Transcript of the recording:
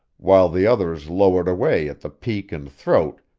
while the others lowered away at the peak and throat,